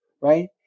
right